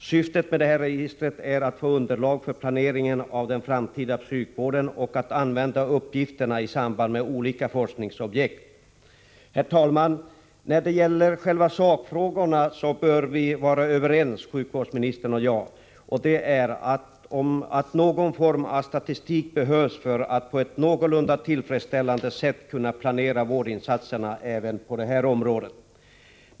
Syftet med registret är att få ett underlag för planeringen av den framtida psykvården, och man avser att använda uppgifterna i samband med olika forskningsprojekt. När det gäller själva sakfrågorna bör sjukvårdsministern och jag kunna vara överens om att någon form av statistik behövs för att man på ett någorlunda tillfredsställande sätt skall kunna planera vårdinsatserna även på detta område.